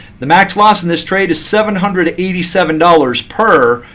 the max loss in this trade is seven hundred and eighty seven dollars per,